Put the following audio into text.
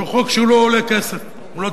שלא עולה כסף.